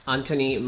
Anthony